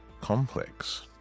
complex